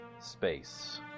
space